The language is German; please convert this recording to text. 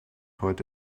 heute